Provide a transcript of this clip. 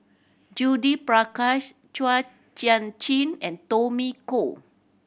Judith Prakash Chua Sian Chin and Tommy Koh